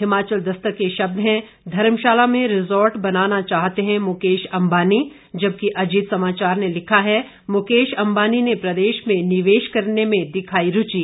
हिमाचल दस्तक के शब्द हैं धर्मशाला में रिजॉर्ट बनाना चाहते हैं मुकेश अंबानी जबकि अजीत समाचार ने लिखा है मुकेश अंबानी ने प्रदेश में निवेश करने में दिखाई रूचि